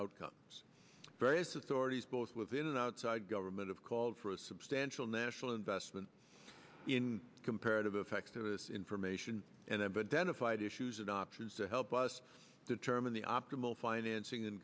outcomes various authorities both within and outside government of called for a substantial national investment in comparative effectiveness information and i but then if i did and options to help us determine the optimal financing